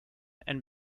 and